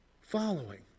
following